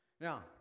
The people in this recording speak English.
Now